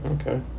Okay